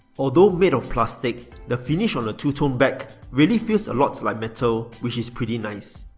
although made of plastic, the finish on the two tone back really feels a lot like metal which is pretty nice.